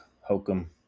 hokum